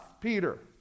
peter